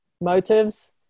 motives